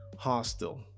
Hostile